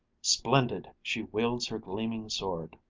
splendid, she wields her gleaming sword